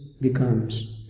becomes